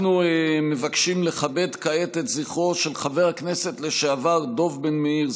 אנחנו מבקשים לכבד כעת את זכרו של חבר הכנסת לשעבר דב בן-מאיר,